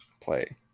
Play